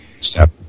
step